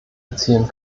erzielen